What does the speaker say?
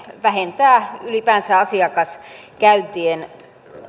vähentää ylipäänsä asiakaskäyntien